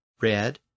red